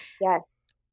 Yes